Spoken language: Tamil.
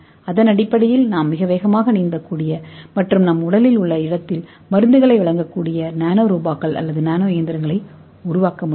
அதன் அடிப்படையில் நாம் மிக வேகமாக நீந்தக்கூடிய மற்றும் நம் உடலில் உள்ள மருந்துகளை வழங்கக்கூடிய நானோ ரோபோக்கள் அல்லது நானோ இயந்திரங்களை உருவாக்க முடியும்